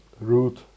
root